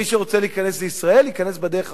מי שרוצה להיכנס לישראל, ייכנס בדרך החוקית,